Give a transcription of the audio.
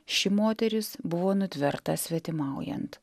ši moteris buvo nutverta svetimaujant